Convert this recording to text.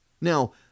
Now